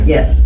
Yes